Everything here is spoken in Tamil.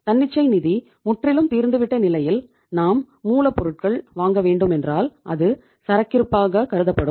தன்னிச்சை நிதி முற்றிலும் தீர்ந்து விட்ட நிலையில நாம் மூலப்பொருட்கள் வாங்கவேண்டும் என்றால் அது சரக்கிருப்பாக கருதப்படும்